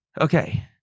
Okay